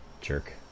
Jerk